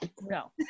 no